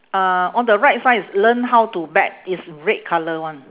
uh on the right side is learn how to bet is red colour one